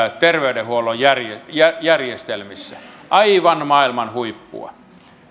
terveydenhuollon järjestelmässä aivan maailman huippua